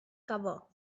cover